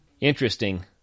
Interesting